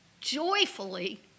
joyfully